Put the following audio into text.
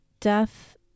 death